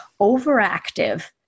overactive